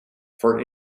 for